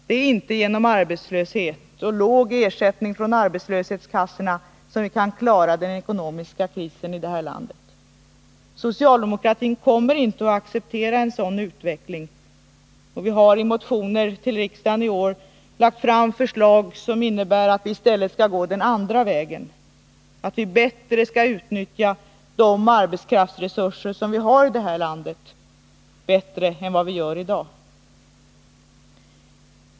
Det är inte genom arbetslöshet och låg ersättning från arbetslöshetskassorna som vi kan klara den ekonomiska krisen i detta land. Socialdemokratin kommer inte att acceptera en sådan utveckling. Vi har i motioner till årets riksdag lagt fram förslag som innebär att man i stället skall gå den andra vägen och bättre än i dag utnyttja de arbetskraftsresurser som finns i det här landet.